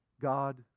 God